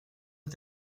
est